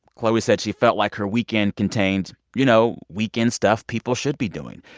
chloe said she felt like her weekend contains, you know, weekend stuff people should be doing,